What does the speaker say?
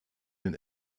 den